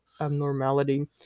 abnormality